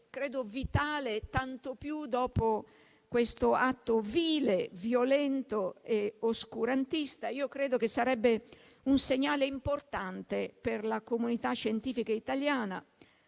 sarebbe vitale, tanto più dopo questo atto vile, violento e oscurantista e sarebbe un segnale importante per la comunità scientifica italiana